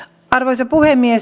arvoisa puhemies